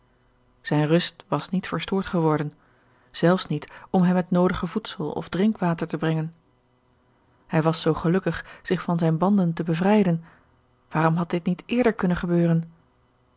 zijne rust was niet verstoord geworden zelfs niet om hem het noodige voedsel of drinkwater te brengen hij was zoo gelukkig zich van zijne banden te bevrijden waarom had dit niet eerder kunnen gebeuren